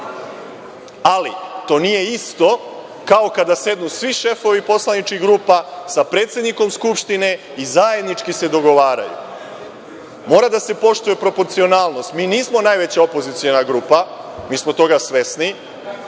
Ali, to nije isto kao kada sednu svi šefovi poslaničkih grupa sa predsednikom Skupštine i zajednički se dogovaraju. Mora da se poštuje proporcionalnost. Mi nismo najveća opoziciona grupa, mi smo toga svesni,